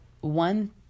One